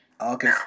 Okay